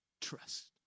Trust